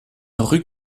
rue